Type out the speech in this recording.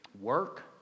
Work